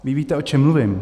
Vy víte, o čem mluvím.